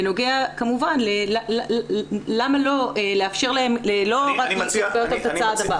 בנוגע כמובן ללמה לא לאפשר להן לא רק ל- -- את הצעד הבא.